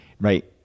Right